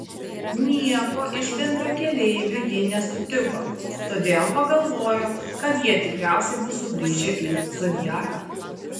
nieko iš bendrakeleivių ji nesutiko todėl pagalvojo kad jie tikriausiai bus sugrįžę į zodiaką